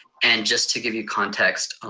and just to give you context,